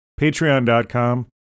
Patreon.com